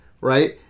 right